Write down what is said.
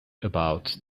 about